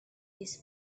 this